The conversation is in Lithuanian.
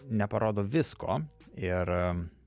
neparodo visko ir